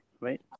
right